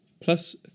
plus